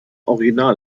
original